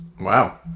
Wow